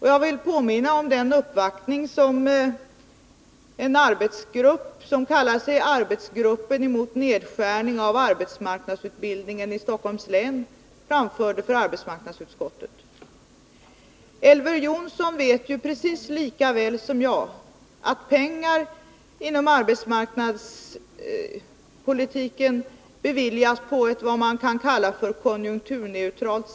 Vidare vill jag påminna om den uppvaktning hos arbetsmarknadsutskottet som en arbetsgrupp, som kallar sig arbetsgruppen emot nedskärning av arbetsmarknadsutbildningen i Stockholms län, gjorde. Elver Jonsson vet precis lika väl som jag att medel inom arbetsmarknadspolitikens område beviljas på ett sätt som kan kallas för konjunkturneutralt.